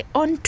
on